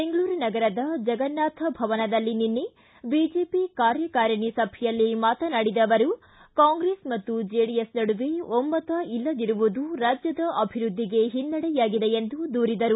ಬೆಂಗಳೂರು ನಗರದ ಜಗನ್ನಾಥ ಭವನದಲ್ಲಿ ನಿನ್ನೆ ಬಿಜೆಪಿ ಕಾರ್ಯಕಾರಿಣಿ ಸಭೆಯಲ್ಲಿ ಮಾತನಾಡಿದ ಅವರು ಕಾಂಗ್ರೆಸ್ ಮತ್ತು ಜೆಡಿಎಸ್ ನಡುವೆ ಒಮ್ಮತ ಇಲ್ಲದಿರುವುದು ರಾಜ್ಯದ ಅಭಿವೃದ್ದಿಗೆ ಹಿನ್ನಡೆಯಾಗಿದೆ ಎಂದರು